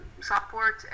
support